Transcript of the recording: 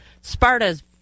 sparta's